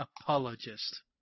apologist